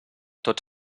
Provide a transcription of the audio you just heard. tots